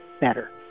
better